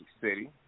City